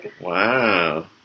Wow